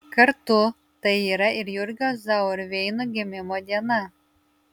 kartu tai yra ir jurgio zauerveino gimimo diena